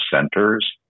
centers